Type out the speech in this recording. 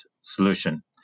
solution